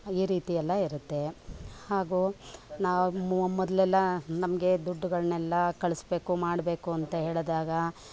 ಈ ರೀತಿ ಎಲ್ಲ ಇರುತ್ತೆ ಹಾಗೂ ನಾವು ಮೊ ಮೊದಲೆಲ್ಲ ನಮಗೆ ದುಡ್ಡುಗಳನ್ನೆಲ್ಲ ಕಳಿಸ್ಬೇಕು ಮಾಡಬೇಕು ಅಂತ ಹೇಳಿದಾಗ